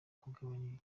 kugabanya